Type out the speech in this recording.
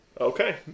Okay